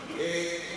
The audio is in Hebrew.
עיני?